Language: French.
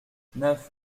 neuf